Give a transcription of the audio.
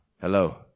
Hello